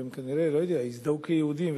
וכנראה הם הזדהו כיהודים,